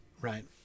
right